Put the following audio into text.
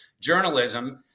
journalism